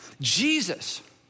Jesus